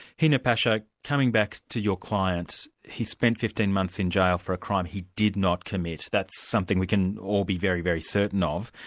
hina pasha, coming back to your client. he spent fifteen months in jail for a crime he did not commit, that's something we can all be very, very, certain of.